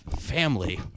family